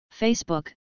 Facebook